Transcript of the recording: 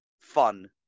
Fun